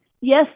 Yes